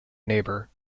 neighbour